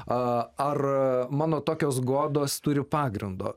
a ar mano tokios godos turi pagrindo